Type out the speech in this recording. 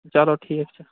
چَلو ٹھیٖک چھُ